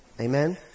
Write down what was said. Amen